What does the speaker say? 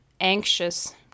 anxious